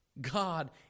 God